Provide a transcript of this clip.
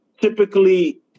typically